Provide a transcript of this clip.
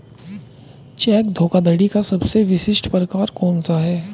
Check धोखाधड़ी का सबसे विशिष्ट प्रकार कौन सा है?